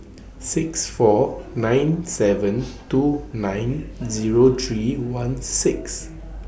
six four nine seven two nine Zero three one six